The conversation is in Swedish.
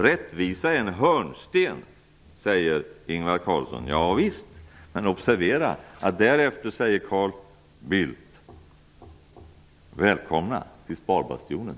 Ingvar Carlsson säger att rättvisa är en hörnsten. Men observera att därefter säger Carl Bildt: Välkomna till sparbastionen.